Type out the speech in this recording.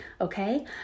okay